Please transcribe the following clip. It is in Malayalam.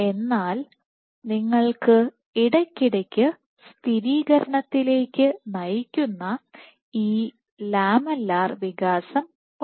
എന്നാൽ നിങ്ങൾക്ക് ഇടയ്ക്കിടയ്ക്ക് സ്ഥിരീകരണത്തിലേക്ക് നയിക്കുന്ന ഈ ലാമെല്ലാർ വികാസം ഉണ്ട്